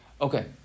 okay